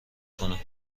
کنه